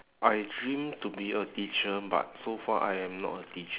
I dream to be a teacher but so far I am not a teacher